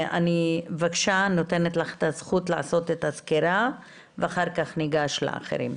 אני נותנת לך את הזכות לעשות את הסקירה ואחר כך ניגש לדוברים האחרים.